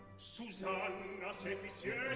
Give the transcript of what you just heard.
susanna know. so